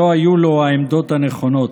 שלא היו לו העמדות הנכונות.